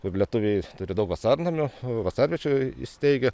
kur lietuviai turi daug vasarnamių vasarviečių įsteigę